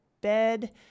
bed